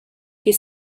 che